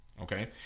Okay